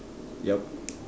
yup